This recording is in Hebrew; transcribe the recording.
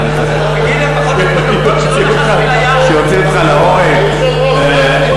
תגיד לפחות שלא לחצתי לה יד.